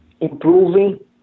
improving